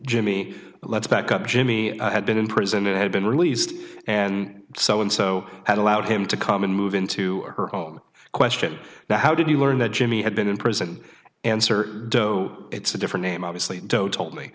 jimmy let's back up jimmy had been in prison and had been released and so and so had allowed him to come and move into our home question now how did you learn that jimmy had been in prison and sir it's a different name obviously though told me